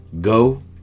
go